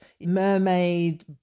mermaid